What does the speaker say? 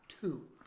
two